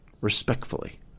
respectfully